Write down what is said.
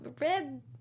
rib